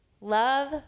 Love